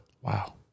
Wow